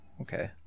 okay